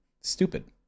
Stupid